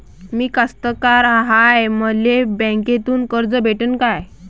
मी कास्तकार हाय, मले बँकेतून कर्ज भेटन का?